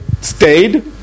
stayed